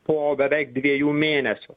po beveik dviejų mėnesių